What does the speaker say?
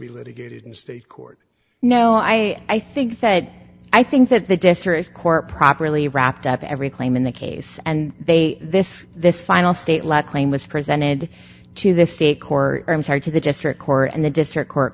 be litigated in state court no i i think said i think that the district court properly wrapped up every claim in the case and they this this final state law claim was presented to the state court i'm sorry to the district court and the district court